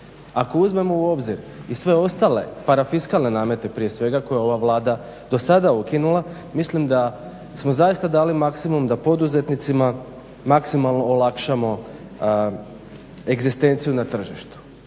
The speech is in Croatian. Ako uzmemo u obzir i sve ostale parafiskalne namete prije svega koje je ova Vlada do sada ukinula mislim da smo zaista dali maksimum da poduzetnicima maksimalno olakšamo egzistenciju na tržištu.